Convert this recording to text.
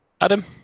Adam